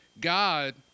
God